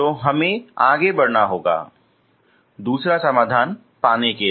तो हमें आगे बढ़ना होगा दूसरा समाधान पाने के लिए